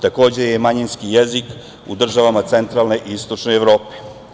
Takođe je manjinski jezik u državama centralne i istočne Evrope.